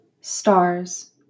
Stars